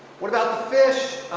what about the fish?